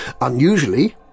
Unusually